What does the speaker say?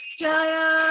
jaya